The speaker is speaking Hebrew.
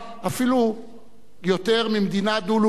אפילו יותר ממדינה דו-לאומית.